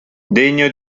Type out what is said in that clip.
degno